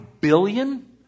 billion